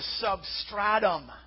substratum